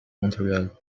montreal